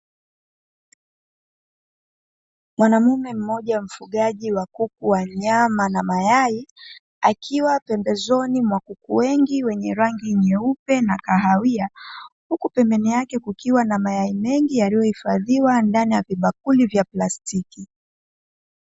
Mwanaume mmoja mfugaji wa kuku wa nyama na mayai, akiwa pembezoni mwa kuku wengi wenye rangi nyeupe na kahawia, huku pembeni yake kukiwa na mayai mengi yaliyohifadhiwa ndani ya vibakuli vya plastiki.